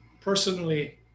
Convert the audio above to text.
personally